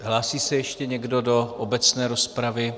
Hlásí se ještě někdo do obecné rozpravy?